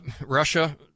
Russia